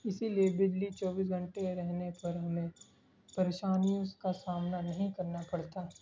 اسی لیے بجلی چوبیس گھنٹے رہنے پر ہمیں پریشانیوں کا سامنا نہیں کرنا پڑتا